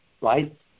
right